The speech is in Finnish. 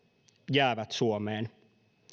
jäävät suomeen